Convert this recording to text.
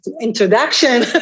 introduction